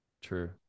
True